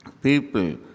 People